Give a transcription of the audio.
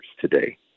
today